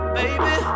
baby